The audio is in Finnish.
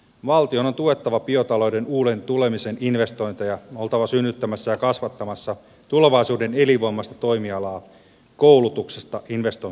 valtion on tuettava biotalouden uuden tulemisen investointeja oltava synnyttämässä ja kasvattamassa tulevaisuuden elinvoimaista toimialaa koulutuksesta investointeihin asti